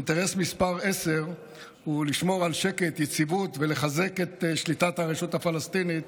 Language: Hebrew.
אינטרס מס' 10 הוא לשמור על שקט ויציבות ולחזק את שליטת הרשות הפלסטינית